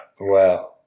Wow